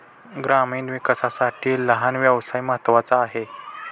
ग्रामीण विकासासाठी लहान व्यवसाय महत्त्वाचा आहे